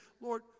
Lord